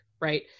right